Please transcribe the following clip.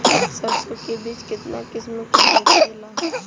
सरसो के बिज कितना किस्म के होखे ला?